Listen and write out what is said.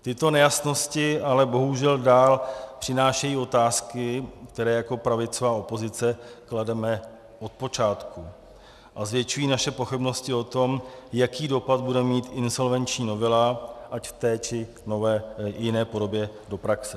Tyto nejasnosti ale bohužel dál přinášejí otázky, které jako pravicová opozice klademe od počátku, a zvětšují naše pochybnosti o tom, jaký dopad bude mít insolvenční novela ať v té, či nové, jiné podobě do praxe.